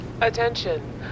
Attention